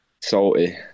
salty